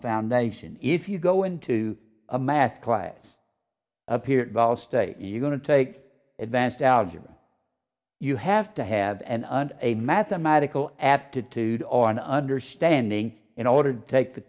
foundation if you go into a math class appeared vala state you're going to take advanced algebra you have to have an a mathematical aptitude or an understanding in order to take the